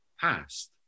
past